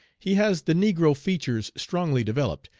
he has the negro features strongly developed,